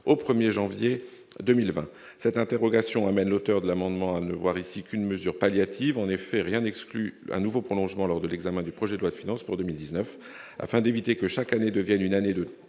au 1er janvier 2020, cette interrogation amène l'auteur de l'amendement voir ici qu'une mesure palliative en effet rien exclu un nouveau prolongement lors de l'examen du projet de loi de finances pour 2019 afin d'éviter que chaque année, devienne une année de